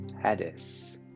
Hades